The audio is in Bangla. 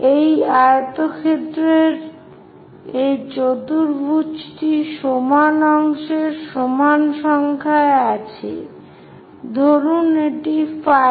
সেই আয়তক্ষেত্রের এই চতুর্ভুজটি সমান অংশের সমান সংখ্যায় আছে ধরুন এটি 5